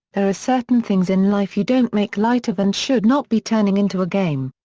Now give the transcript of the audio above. there are certain things in life you don't make light of and should not be turning into a game.